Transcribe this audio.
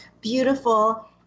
beautiful